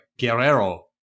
Guerrero